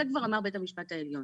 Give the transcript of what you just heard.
את זה כבר אמר בית המשפט העליון.